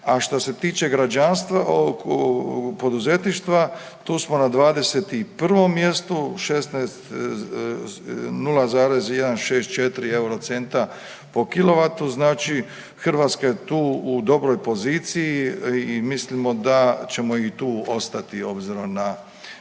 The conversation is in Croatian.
a što se tiče građanstva, poduzetništva tu smo na 21 mjestu 16 0,164 euro centa po kilovatu. Znači Hrvatska je tu u dobroj poziciji i mislimo da ćemo i tu ostati obzirom na